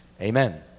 Amen